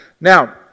Now